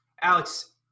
Alex